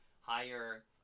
higher